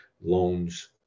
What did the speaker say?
loans